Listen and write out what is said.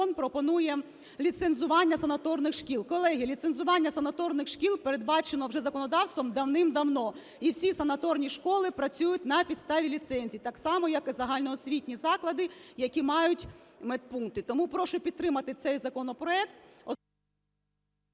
прошу підтримати цей законопроект…